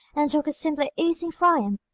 and dawker's simply oozing triumph.